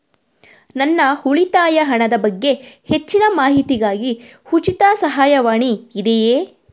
ನನ್ನ ಉಳಿತಾಯ ಹಣದ ಬಗ್ಗೆ ಹೆಚ್ಚಿನ ಮಾಹಿತಿಗಾಗಿ ಉಚಿತ ಸಹಾಯವಾಣಿ ಇದೆಯೇ?